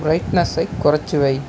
பிரைட்னெஸை குறைச்சு வை